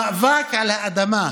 המאבק על האדמה,